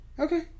Okay